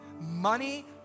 Money